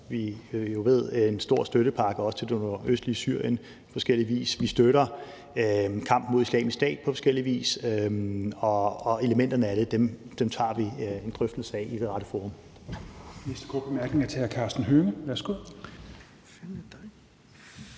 jo ved, en stor støttepakke, også til det nordøstlige Syrien, på forskellig vis. Vi støtter kampen mod Islamisk Stat på forskellig vis, og elementerne af det tager vi en drøftelse af i det rette forum.